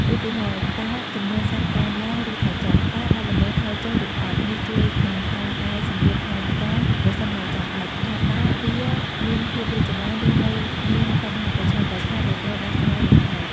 ឧទាហរណ៍ តើចំនួនសត្វកើនឡើង ឬថយចុះ? តើបទល្មើសថយចុះឬអត់? នេះជួយក្នុងការកែសម្រួលផែនការប្រសិនបើចាំបាច់ ថាតើវាមានភាពរីកចម្រើន ឬនៅមានបញ្ហាប្រឈមអ្វីខ្លះ ដែលត្រូវដោះស្រាយបន្ថែម។